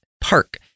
Park